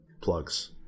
plugs